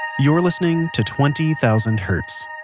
you're listening to twenty thousand hertz.